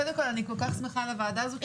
קודם כול, אני כל כך שמחה בוועדה הזאת.